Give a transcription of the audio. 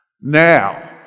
Now